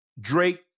Drake